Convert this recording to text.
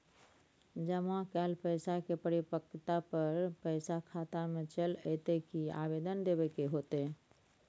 जमा कैल पैसा के परिपक्वता पर पैसा खाता में चल अयतै की आवेदन देबे के होतै?